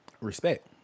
Respect